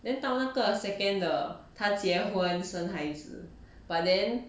then 到那个 second 的她结婚生孩子 but then